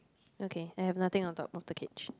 okay I have nothing on top of the cage